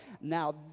Now